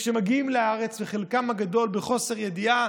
כשהם מגיעים לארץ חלקם הגדול בחוסר ידיעה